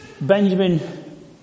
Benjamin